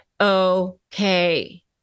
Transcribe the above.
Okay